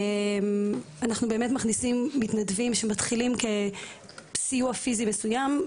אנחנו מכניסים מתנדבים שמתחילים כסיוע פיזי מסוים,